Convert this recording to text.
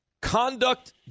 conduct